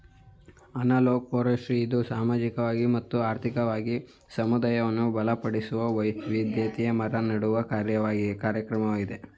analog forestry ಇದು ಸಾಮಾಜಿಕವಾಗಿ ಮತ್ತು ಆರ್ಥಿಕವಾಗಿ ಸಮುದಾಯವನ್ನು ಬಲಪಡಿಸುವ, ವೈವಿಧ್ಯಮಯ ಮರ ನೆಡುವ ಕಾರ್ಯಕ್ರಮವಾಗಿದೆ